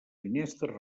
finestres